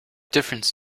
difference